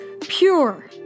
Pure